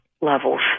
levels